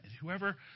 whoever